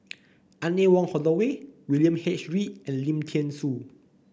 Anne Wong Holloway William H Read and Lim Thean Soo